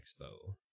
Expo